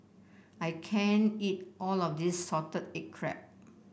I can't eat all of this Salted Egg Crab